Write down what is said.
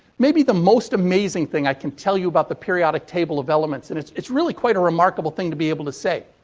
maybe the most amazing thing i can tell you about the periodic table of elements, and it's it's really quite a remarkable thing to be able to say.